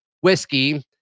Whiskey